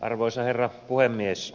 arvoisa herra puhemies